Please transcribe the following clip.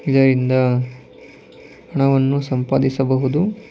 ಇದರಿಂದ ಹಣವನ್ನು ಸಂಪಾದಿಸಬಹುದು